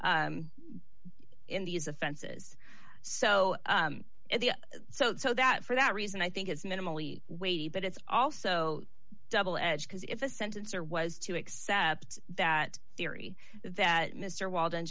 in these offenses so so that for that reason i think it's minimally weighty but it's also double edged because if a sentence or was to accept that theory that mr walden